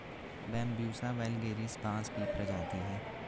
Bambusa vulgaris बाँस की प्रजाति है